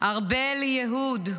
ארבל יהוד,